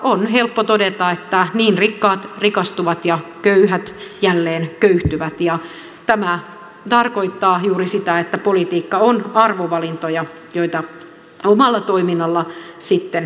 on helppo todeta että niin rikkaat rikastuvat ja köyhät jälleen köyhtyvät ja tämä tarkoittaa juuri sitä että politiikka on arvovalintoja joita omalla toiminnalla sitten vahvistetaan